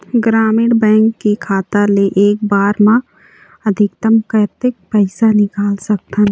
ग्रामीण बैंक के खाता ले एक बार मा अधिकतम कतक पैसा निकाल सकथन?